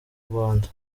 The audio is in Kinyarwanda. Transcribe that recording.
rwanda